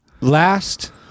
Last